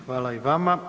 Hvala i vama.